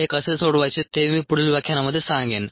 हे कसे सोडवायचे ते मी पुढील व्याख्यानामध्ये सांगेन